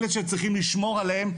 אלה שצריכים לשמור עליהם,